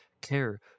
care